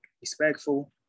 respectful